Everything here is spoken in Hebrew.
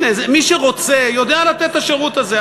הנה, מי שרוצה יודע לתת את השירות הזה.